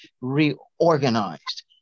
reorganized